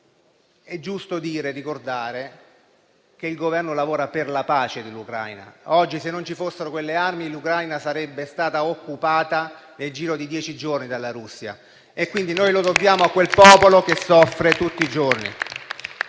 è giusto ricordare che il Governo lavora per la pace dell'Ucraina. Se non ci fossero state quelle armi, l'Ucraina sarebbe stata occupata nel giro di dieci giorni dalla Russia. Quindi, noi questo lo dobbiamo a quel popolo che soffre tutti i giorni.